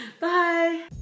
Bye